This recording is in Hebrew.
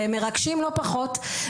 והם מרגשים לא פחות,